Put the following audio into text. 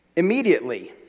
Immediately